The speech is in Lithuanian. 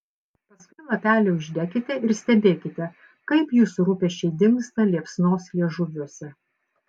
paskui lapelį uždekite ir stebėkite kaip jūsų rūpesčiai dingsta liepsnos liežuviuose